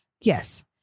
Yes